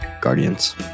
guardians